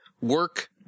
work